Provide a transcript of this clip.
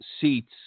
seats